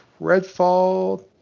Redfall